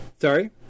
Sorry